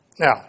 Now